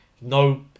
No